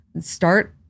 start